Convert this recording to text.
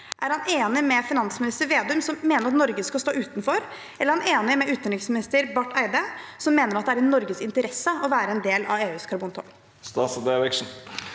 Er han enig med finansminister Vedum, som mener at Norge skal stå utenfor, eller er han enig med utenriksminister Barth Eide, som mener at det er i Norges interesse å være en del av EUs karbontoll?